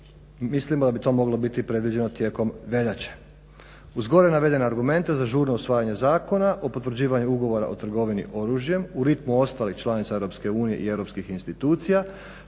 Mislimo da bi to moglo biti predviđeno tijekom veljače. Uz gore navedene argumente za žurno usvajanje Zakona o potvrđivanju Ugovora o trgovini oružjem u ritmu ostalih članica EU i europskih institucija